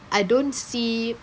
I don't see